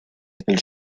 aquel